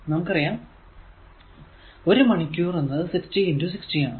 നമുക്കറിയാം 1 മണിക്കൂർ എന്നത് 60 60 ആണ്